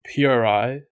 PRI